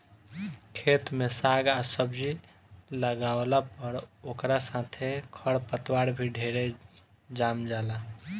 खेत में साग आ सब्जी लागावला पर ओकरा साथे खर पतवार भी ढेरे जाम जाला